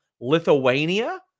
Lithuania